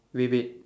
with it